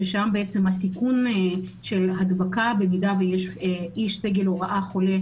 שם הסיכון של הדבקה במידה ויש איש סגל הוראה חולה